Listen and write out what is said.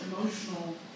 emotional